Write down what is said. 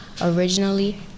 Originally